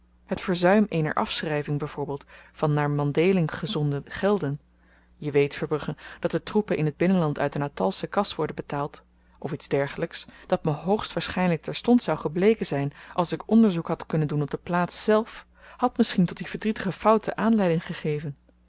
het verzuim eener afschryving by voorbeeld van naar mandhéling gezonden gelden je weet verbrugge dat de troepen in t binnenland uit de natalsche kas worden betaald of iets dergelyks dat me hoogstwaarschynlyk terstond zou gebleken zyn als ik onderzoek had kunnen doen op de plaats zelf had misschien tot die verdrietige fouten aanleiding gegeven